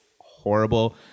horrible